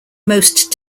most